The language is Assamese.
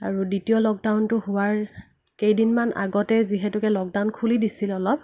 আৰু দ্বিতীয় লকডাউনটো হোৱাৰ কেইদিনমান আগতে যিহেতুকে লকডাউন খুলি দিছিল অলপ